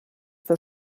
für